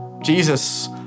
Jesus